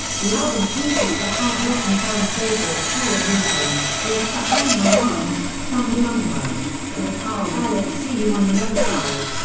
the album features the hard rocking fan favourites perry mason, ghost behind my eyes, thunder underground, and the power ballad see you on the other side.